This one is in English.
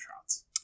shots